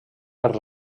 per